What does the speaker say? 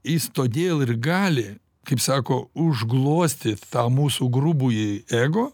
jis todėl ir gali kaip sako užglostyt tą mūsų grubųjį ego